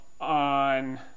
On